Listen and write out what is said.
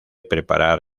preparar